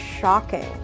shocking